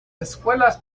escuelas